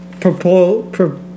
Propel